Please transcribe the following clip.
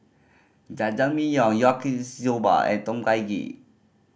Jajangmyeon Yaki Soba and Tom Kha Gai